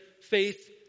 faith